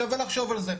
שווה לחשוב על זה,